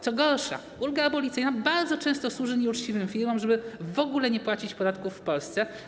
Co gorsza, ulga abolicyjna bardzo często służy nieuczciwym firmom, żeby w ogóle nie płacić podatków w Polsce.